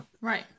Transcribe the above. Right